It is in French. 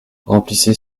remplissez